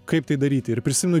kaip tai daryti ir prisimenu